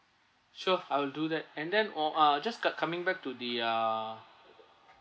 sure I'll do that and then or ah just co~ coming back to the ah